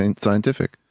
scientific